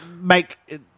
make